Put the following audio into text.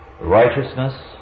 righteousness